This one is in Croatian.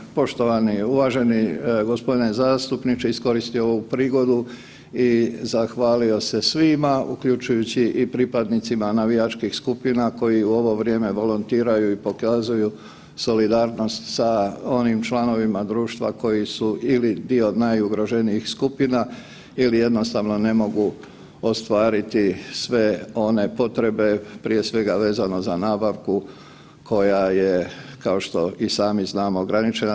Ja bi, poštovani uvaženi g. zastupniče, iskoristio ovu prigodu i zahvalio se svima, uključujući i pripadnicima navijačkih skupina koji u ovo vrijeme volontiraju i pokazuju solidarnost sa onim članovima društva koji su ili dio najugroženijih skupina ili jednostavno ne mogu ostvariti sve one potrebe, prije svega vezano za nabavku koje je, kao što i sami znamo, ograničena.